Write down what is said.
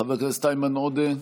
חבר הכנסת איימן עודה,